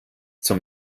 zum